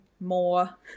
more